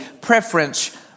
preference